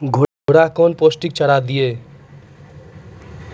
घोड़ा कौन पोस्टिक चारा दिए?